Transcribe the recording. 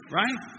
right